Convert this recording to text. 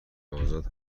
آزاد